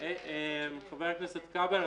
חבר הכנסת כבל,